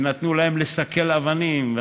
נתנו להם לסקל אבנים,